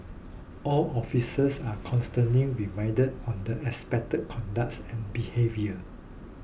all officers are constantly reminded on the expected conducts and behaviour